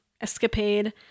escapade